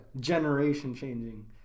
Generation-changing